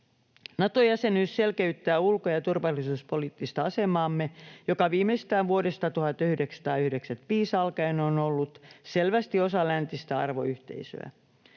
Nato-jäsenyys selkeyttää ulko‑ ja turvallisuuspoliittista asemaamme, joka viimeistään vuodesta 1995 alkaen on ollut selvästi osa läntistä arvoyhteisöä.